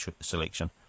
selection